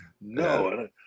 no